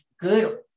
good